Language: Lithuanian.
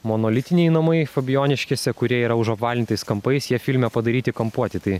monolitiniai namai fabijoniškėse kurie yra užapvalintais kampais jie filme padaryti kampuoti tai